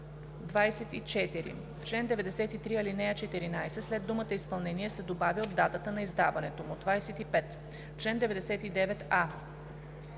24. В чл. 93, ал. 14 след думата „изпълнение“ се добавя „от датата на издаването му“. 25. В чл. 99а: